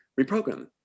reprogram